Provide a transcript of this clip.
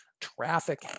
traffic